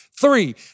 Three